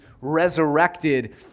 resurrected